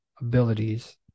abilities